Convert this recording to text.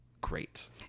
great